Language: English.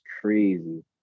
crazy